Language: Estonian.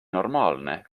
normaalne